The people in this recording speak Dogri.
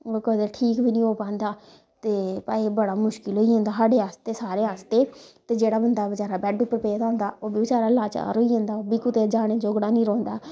ओह् कदें ठीक बी नी हो पांदा ते भाई बड़ा मुश्कल होई जंदा साढ़े आस्तै सारें आस्तै ते जेह्ड़ा बंदा बचैरा बैड्ड उप्पर पेदा होंदा ओह् बी बचैरा लाचार होई जंदा ओह्बी कुतै जाने जोगड़ा नी रौंह्दा